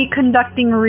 conducting